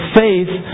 faith